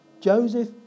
Joseph